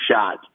shot